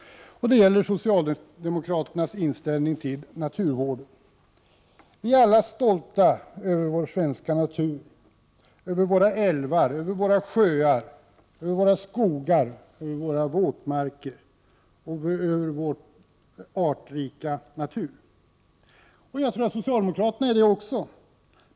Det gäller socialdemokraternas inställning till naturvården. Vi är alla stolta över våra älvar, sjöar, skogar och våtmarker, ja, över hela vår artrika svenska natur. Jag tror att också socialdemokraterna är det.